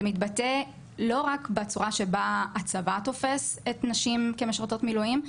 זה מתבטא לא רק בצורה שבה הצבא תופס את הנשים כמשרתות מילואים,